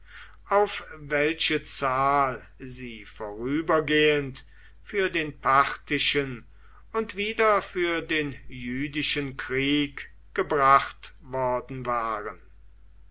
auf welche zahl sie vorübergehend für den parthischen und wieder für den jüdischen krieg gebracht worden waren